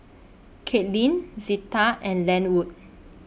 Kaitlin Zita and Lenwood